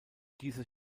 dieses